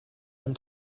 helm